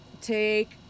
take